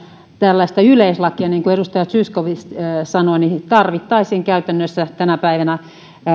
tällaista yleislakia niin kuin edustaja zyskowicz sanoi tarvittaisiin käytännössä tänä päivänä